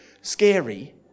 scary